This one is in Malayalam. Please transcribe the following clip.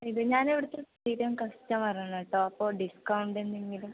ഇത് ഞാൻ ഇവിടുത്തെ സ്ഥിരം കസ്റ്റമർ ആണ് കേട്ടോ അപ്പോൾ ഡിസ്കൗണ്ട് എന്തെങ്കിലും